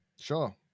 Sure